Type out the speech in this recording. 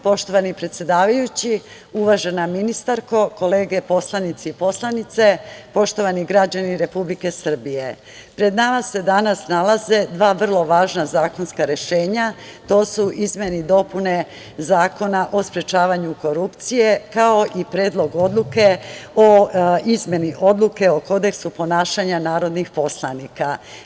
Poštovani predsedavajući, uvažena ministarko, kolege poslanici i poslanice, poštovani građani Republike Srbije, pred nama se danas nalaze dva vrlo važna zakonska rešenja, to su izmene i dopune Zakona o sprečavanju korupcije, kao i Predlog odluke o izmeni Odluke o Kodeksu ponašanja narodnih poslanika.